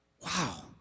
Wow